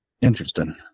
Interesting